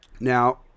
Now